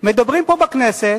מדברים פה בכנסת,